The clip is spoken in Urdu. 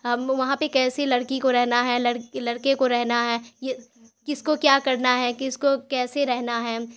ہم وہاں پہ کیسے لڑکی کو رہنا ہے لڑکے کو رہنا ہے یہ کس کو کیا کرنا ہے کس کو کیسے رہنا ہے